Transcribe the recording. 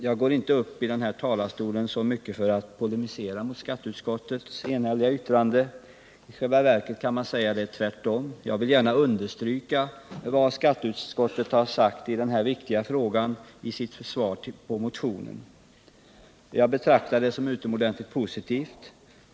Jag går inte upp i denna talarstol för att så mycket polemisera mot skatteutskottets enhälliga yttrande. I själva verket kan jag säga att det är tvärtom. Jag vill gärna understryka vad skatteutskottet i sitt betänkande över motionen har sagt i denna viktiga fråga. Jag betraktar det såsom utomordentligt positivt.